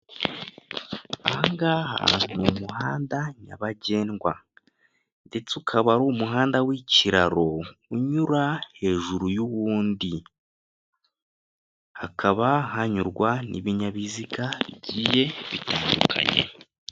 Aha ngaha ni umuhanda nyabagendwa ndetse akaba ari umuhanda w'ikiraro, unyura hejuru y'uwundi. Hakaba hanyurwa n'ibinyabiziga bigiye bitandukanye.